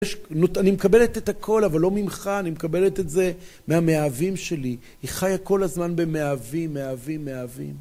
אני מקבלת את הכל, אבל לא ממך, אני מקבלת את זה מהמאהבים שלי. היא חיה כל הזמן במאהבים, מאהבים, מאהבים.